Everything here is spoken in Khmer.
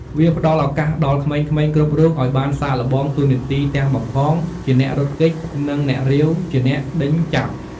វាផ្តល់ឱកាសដល់ក្មេងៗគ្រប់រូបឱ្យបានសាកល្បងតួនាទីទាំង បង្កង ជាអ្នករត់គេច និង អ្នករាវ ជាអ្នកដេញចាប់។